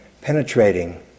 penetrating